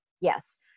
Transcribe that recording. yes